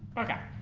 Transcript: okay